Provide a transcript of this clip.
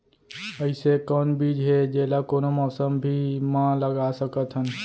अइसे कौन बीज हे, जेला कोनो मौसम भी मा लगा सकत हन?